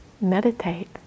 Meditate